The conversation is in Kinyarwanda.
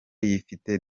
yifite